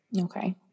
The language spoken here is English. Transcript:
Okay